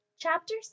Chapter